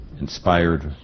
inspired